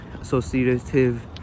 associative